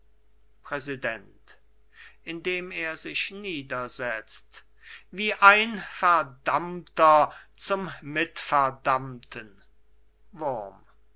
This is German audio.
präsident indem er sich niedersetzt wie ein verdammter zum mitverdammten wurm